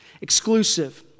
Exclusive